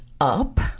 up